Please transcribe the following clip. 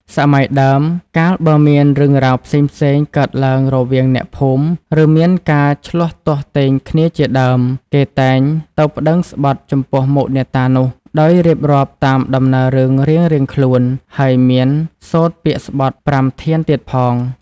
សម័យដើម កាលបើមានរឿងរ៉ាវផ្សេងៗ កើតឡើងរវាងអ្នកភូមិ ឬមានការឈ្លោះទាស់ទែងគ្នាជាដើម គេតែងទៅប្តឹងស្បថចំពោះមុខអ្នកតានោះ ដោយរៀបរាប់តាមដំណើររឿងរៀងៗខ្លួន ហើយមានសូត្រពាក្យស្បថ ប្រាំធានទៀតផង។